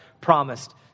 promised